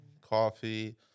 coffee